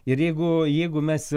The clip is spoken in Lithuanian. ir jeigu jeigu mes